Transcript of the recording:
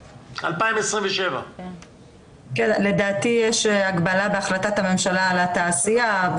2027 נדמה לי שיש הגבלה בהחלטת הממשלה על התעשייה.